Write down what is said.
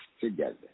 together